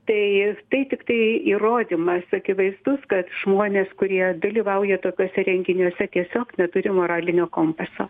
tai tai tiktai įrodymas akivaizdus kad žmonės kurie dalyvauja tokiuose renginiuose tiesiog neturi moralinio kompaso